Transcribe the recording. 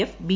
F B